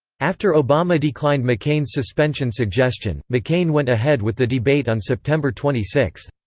after obama declined mccain's suspension suggestion, mccain went ahead with the debate on september twenty six.